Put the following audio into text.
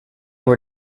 were